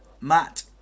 Matt